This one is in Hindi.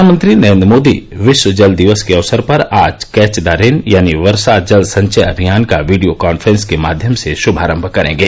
प्रधानमंत्री नरेन्द्र मोदी विश्व जल दिवस के अवसर पर आज कैच द रेन यानी वर्षा जल संचय अभियान का वीडियो कॉन्फ्रेंस के माध्यम से श्भारंभ करेंगे